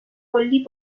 کلی